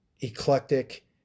Eclectic